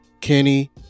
Kenny